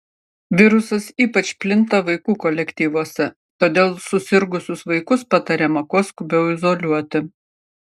virusas ypač plinta vaikų kolektyvuose todėl susirgusius vaikus patariama kuo skubiau izoliuoti